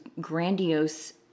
grandiose